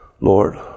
Lord